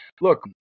look